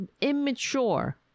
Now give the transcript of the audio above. immature